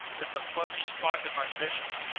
it's a fuzzy spot in my vision,